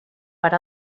per